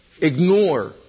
ignore